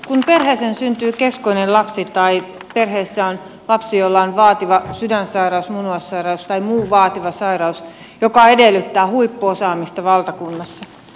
kun perheeseen syntyy keskonen lapsi tai perheessä on lapsi jolla on vaativa sydänsairaus munuaissairaus tai muu vaativa sairaus se edellyttää huippuosaamista valtakunnassa